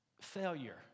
failure